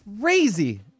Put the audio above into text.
crazy